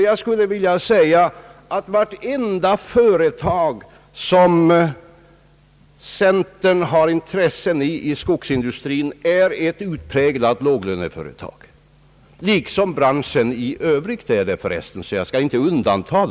Jag skulle vilja säga att alla de företag inom skogsindustrin, där centern har intressen, är utpräglade låglöneföretag, liksom branschen i övrigt.